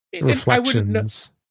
Reflections